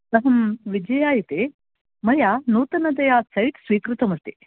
अहं विजया इति मया नूतनतया सैट् स्वीकृतमस्ति